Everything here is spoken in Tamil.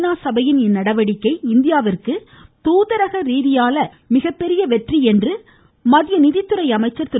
நா சபையின் இந்நடவடிக்கை இந்தியாவிற்கு தூதரக ரீதியான மிகப்பெரிய வெற்றி என்று மத்திய நிதித்துறை அமைச்சர் திரு